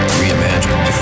reimagined